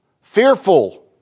Fearful